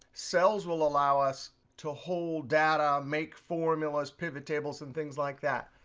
cells will allow us to hold data, make formulas, pivot tables, and things like that.